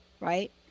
right